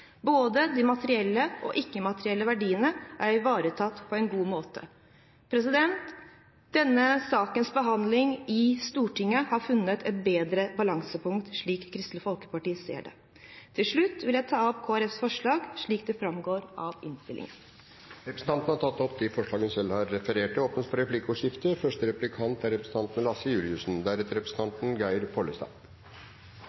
Både de materielle og de ikke-materielle verdiene er ivaretatt på en god måte. Denne sakens behandling i Stortinget har funnet et bedre balansepunkt, slik Kristelig Folkeparti ser det. Til slutt vil jeg ta opp forslaget fra Kristelig Folkeparti og Senterpartiet, slik det framgår av innstillingen. Representanten Line Henriette Hjemdal har tatt opp det forslaget hun refererte til. Det blir replikkordskifte.